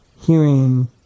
hearing